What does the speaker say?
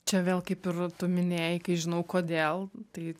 čia vėl kaip ir tu minėjai kai žinau kodėl tai